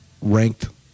ranked